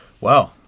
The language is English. wow